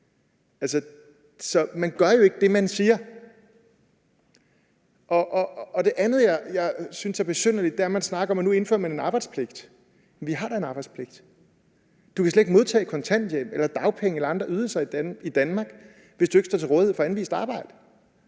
man gør jo ikke det, man siger. Det andet, som jeg synes er besynderligt, er, at man snakker om, at nu indfører man en arbejdspligt. Vi har da en arbejdspligt. Du kan slet ikke modtage kontanthjælp eller dagpenge eller andre ydelser i Danmark, hvis du ikke står til rådighed for anvist arbejde.